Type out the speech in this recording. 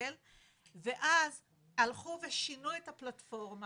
הכדורגל ואז הלכו ולשינו את הפלטפורמה,